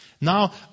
Now